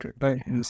right